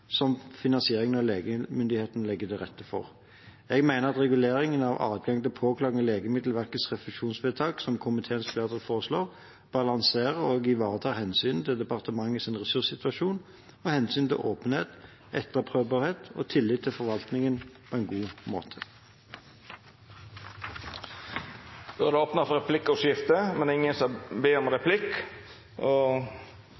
som finansieringen av legemyndighetene legger til rette for. Jeg mener at reguleringen av adgang til påklaging av Legemiddelverkets refusjonsvedtak som komiteens flertall foreslår, balanserer og ivaretar hensynet til departementets ressurssituasjon med hensyn til åpenhet, etterprøvbarhet og tillit til forvaltningen på en god